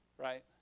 right